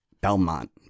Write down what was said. Belmont